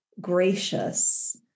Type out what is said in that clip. gracious